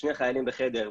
שני חיילים בחדר,